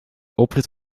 oprit